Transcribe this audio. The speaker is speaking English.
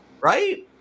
right